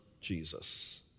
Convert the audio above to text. Jesus